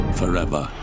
forever